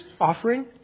offering